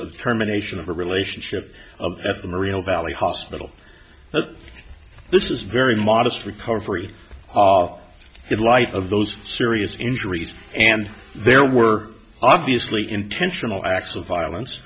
of terminations of a relationship of at the merino valley hospital this is very modest recovery in light of those serious injuries and there were obviously intentional acts of violence